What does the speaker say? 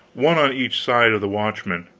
one on each side of the watchman.